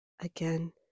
Again